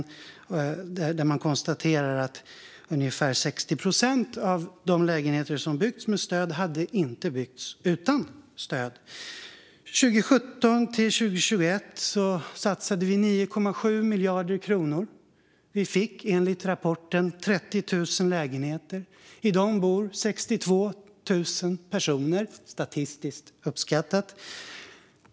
I denna rapport konstateras det att ungefär 60 procent av de lägenheter som har byggts med stöd inte hade byggts utan stöd. År 2017-2021 satsade vi 9,7 miljarder kronor. Vi fick enligt rapporten 30 000 lägenheter. I dessa lägenheter bor 62 000 personer, statistiskt uppskattat.